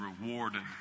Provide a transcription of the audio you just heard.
rewarded